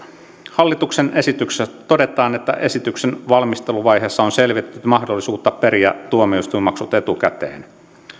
hallituksen esityksessä todetaan että esityksen valmisteluvaiheessa on selvitetty mahdollisuutta periä tuomioistuinmaksut etukäteen